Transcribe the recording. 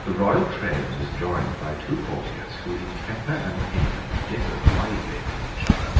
the royal train was joined by two courtiers who in temper and opinions differed widely from each other.